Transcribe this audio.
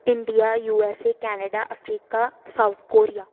India USA Canada Africa South Korea